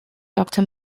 doctor